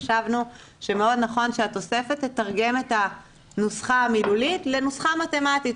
חשבנו שמאוד נכון שהתוספת תתרגם את הנוסחה המילולית לנוסחה מתמטית,